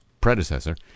predecessor